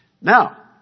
Now